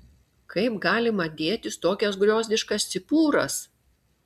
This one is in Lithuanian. kaip galima dėtis tokias griozdiškas cipūras